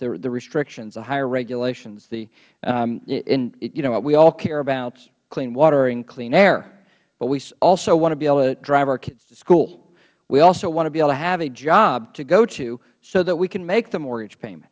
that the restrictions the higher regulations you know we all care about clean water and clean air but we also want to be able to drive our kids to school we also want to be able to have a job to go to so that we can make the mortgage payment